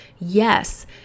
Yes